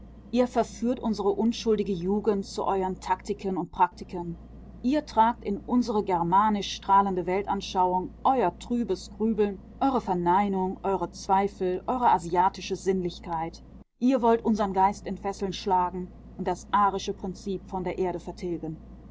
ihr verführt unsere unschuldige jugend zu euern taktiken und praktiken ihr tragt in unsere germanisch strahlende weltanschauung euer trübes grübeln eure verneinung eure zweifel eure asiatische sinnlichkeit ihr wollt unsern geist in fesseln schlagen und das arische prinzip von der erde vertilgen